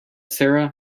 sarah